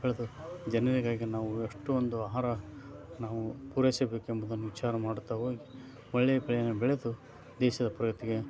ಬೆಳೆದು ಜನರಿಗಾಗಿ ನಾವು ಎಷ್ಟೊಂದು ಆಹಾರ ನಾವು ಪೂರೈಸಬೇಕೆಂಬುದನ್ನು ವಿಚಾರ ಮಾಡುತ್ತಾ ಹೋಗಿ ಒಳ್ಳೆಯ ಬೆಳೆಯನ್ನು ಬೆಳೆದು ದೇಶದ ಪ್ರಗತಿಗೆ